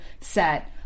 set